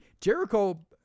Jericho